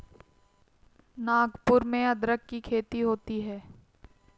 नागपुर में अदरक की खेती होती है